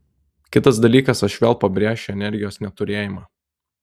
kitas dalykas aš vėl pabrėšiu energijos neturėjimą